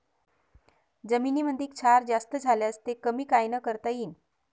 जमीनीमंदी क्षार जास्त झाल्यास ते कमी कायनं करता येईन?